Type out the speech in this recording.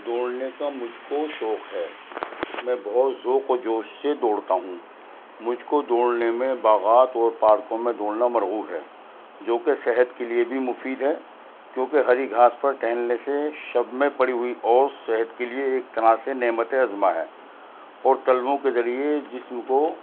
دوڑنے کا مجھ کو شوق ہے میں بہت ذوق و جوش سے دوڑتا ہوں مجھ کو دوڑنے میں باغات اور پارکوں میں دوڑنا مرغوب ہے جو کہ صحت کے لیے بھی مفید ہے کیوں کہ ہری گھاس پر ٹہلنے سے شب میں پڑی ہوئی اوس صحت کے لیے ایک طرح سے نعمت عظمیٰ ہے اور تلوؤں کے ذریعے جسم کو